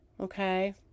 Okay